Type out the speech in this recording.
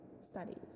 studies